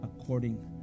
according